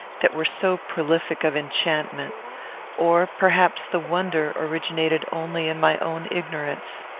that were so prolific of enchantment or perhaps the wonder originated only in my own ignorance.